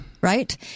Right